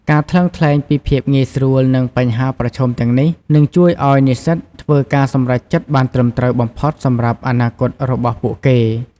ការថ្លឹងថ្លែងពីភាពងាយស្រួល និងបញ្ហាប្រឈមទាំងនេះ នឹងជួយឱ្យនិស្សិតធ្វើការសម្រេចចិត្តបានត្រឹមត្រូវបំផុតសម្រាប់អនាគតរបស់ពួកគេ។